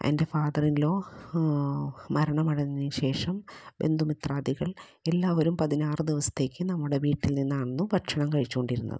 എൻ്റെ ഫാദറിൻലോ മരണമടഞ്ഞതിനു ശേഷം ബന്ധുമിത്രാദികൾ എല്ലാവരും പതിനാറു ദിവസത്തേക്ക് നമ്മുടെ വീട്ടിൽ നിന്നായിരുന്നു ഭക്ഷണം കഴിച്ചോണ്ടിരുന്നത്